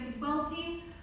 wealthy